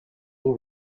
non